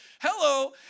hello